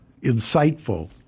insightful